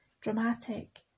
dramatic